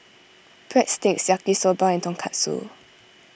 Breadsticks Yaki Soba and Tonkatsu